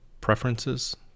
preferences